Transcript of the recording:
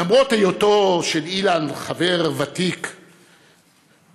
למרות היותו של אילן חבר ותיק באופוזיציה,